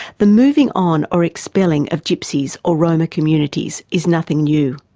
the moving on or expelling of gypsies or roma communities is nothing new.